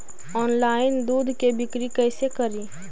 Online दुध के बिक्री कैसे करि?